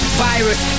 virus